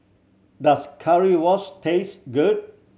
does Currywurst taste good